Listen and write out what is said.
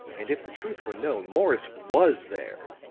and if the truth were known, morris was there.